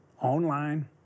online